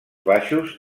baixos